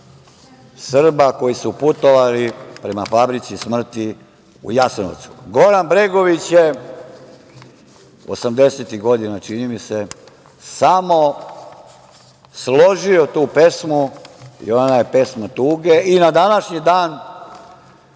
Srba koji su putovali prema fabrici smrti u Jasenovcu. Goran Bregović je osamdesetih godina, čini mi se, samo složio tu pesmu i ona je pesma tuge i na današnji dan